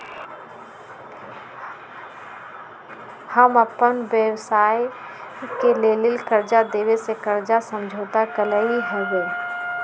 हम अप्पन व्यवसाय के लेल कर्जा देबे से कर्जा समझौता कलियइ हबे